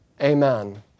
amen